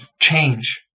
change